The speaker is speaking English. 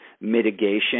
mitigation